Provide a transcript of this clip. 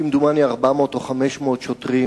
לביצועה, כמדומני 400 או 500 שוטרים.